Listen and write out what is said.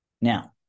Now